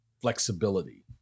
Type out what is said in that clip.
flexibility